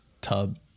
tub